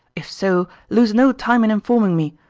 if so, lose no time in informing me,